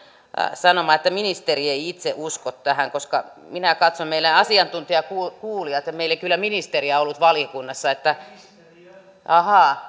sanomaa että ministeri ei itse usko tähän minä katsoin meidän asiantuntijakuulemiset ja meillä ei kyllä ministeriä ollut valiokunnassa ahaa